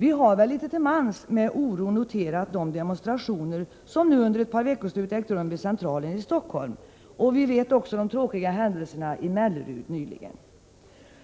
Vi har väl litet till mans med oro noterat de demonstrationer som nu under ett par 1 Prot. 1986/87:119 veckoslut ägt rum vid Centralen i Stockholm. Vi känner också till de tråkiga händelserna i Mellerud nyligen.